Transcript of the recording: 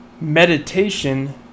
meditation